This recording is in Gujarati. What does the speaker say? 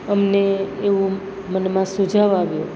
અમને એવો મનમાં સુજાવ આવ્યો